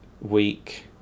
week